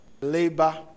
labor